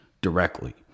directly